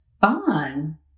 fun